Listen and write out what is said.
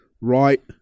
Right